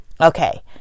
Okay